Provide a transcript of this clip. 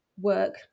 work